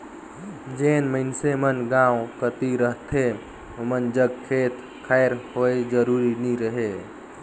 जेन मइनसे मन गाँव कती रहथें ओमन जग खेत खाएर होए जरूरी नी रहें